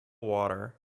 water